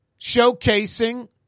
showcasing